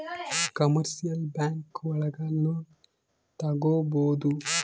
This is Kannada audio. ಕಮರ್ಶಿಯಲ್ ಬ್ಯಾಂಕ್ ಒಳಗ ಲೋನ್ ತಗೊಬೋದು